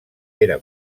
era